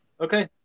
okay